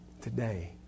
today